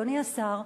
אדוני השר,